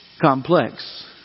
complex